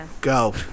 Go